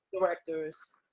directors